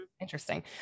Interesting